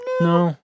No